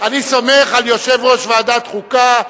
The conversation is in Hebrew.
אני סומך על יושב-ראש ועדת החוקה,